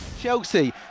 Chelsea